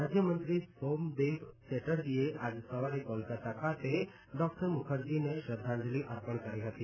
રાજ્યમંત્રી સોવદેવ ચેટરજીએ આજે સવારે કોલકતા ખાતે ડોકટર મુખરજીને શ્રદ્ધાંજલી આપી હતી